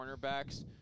cornerbacks